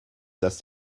dass